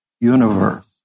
universe